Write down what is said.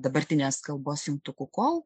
dabartinės kalbos jungtuku kol